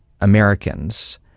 americans